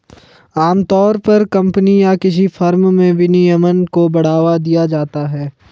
आमतौर पर कम्पनी या किसी फर्म में विनियमन को बढ़ावा दिया जाता है